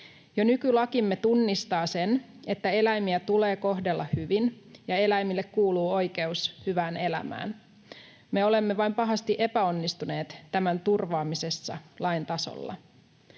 Jo nykylakimme tunnistaa sen, että eläimiä tulee kohdella hyvin ja eläimille kuuluu oikeus hyvään elämään, me olemme vain pahasti epäonnistuneet tämän turvaamisessa lain tasolla.